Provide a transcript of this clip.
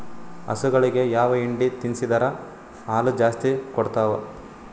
ಹಸುಗಳಿಗೆ ಯಾವ ಹಿಂಡಿ ತಿನ್ಸಿದರ ಹಾಲು ಜಾಸ್ತಿ ಕೊಡತಾವಾ?